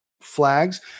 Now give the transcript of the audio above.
flags